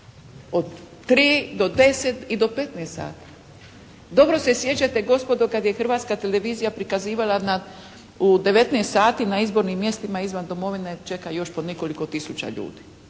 i po petnaest sati. Dobro se sjećate gospodo kad je Hrvatska televizija prikazivala u 19,00 sati na izbornim mjestima izvan domovine čeka još po nekoliko tisuća ljudi,